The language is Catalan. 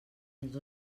els